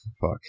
fuck